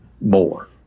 more